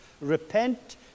repent